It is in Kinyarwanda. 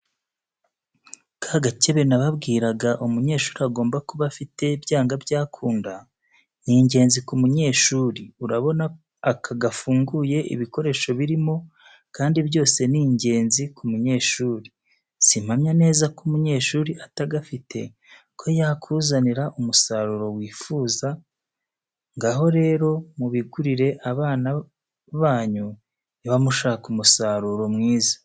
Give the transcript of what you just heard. Ka gakebe nababwiraga umunyeshuri agomba kuba afite byanga byakunda, ni ingenzi ku munyeshuri urabona aka gafunguye ibikoresho birimo kandi byose ni ingenzi ku munyeshuri, simpamya neza ko umunyeshuri atagafite ko yakuzanira umusaruro mwiza wifuza, ngaho rero mubigurire abana banyu niba mushaka umusaruro mwiza.